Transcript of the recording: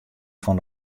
fan